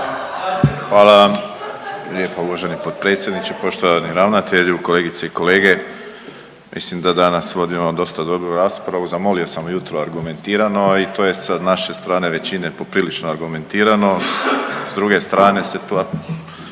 Hvala vam lijepo uvaženi potpredsjedniče, poštovani ravnatelju, kolegice i kolege. Mislim da danas vodimo dosta dobru raspravu, zamolio sam ujutro argumentirano i to je sa naše strane većine poprilično argumentirano, s druge strane se ta